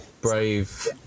brave